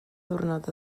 ddiwrnod